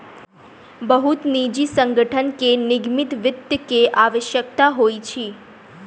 बहुत निजी संगठन के निगमित वित्त के आवश्यकता होइत अछि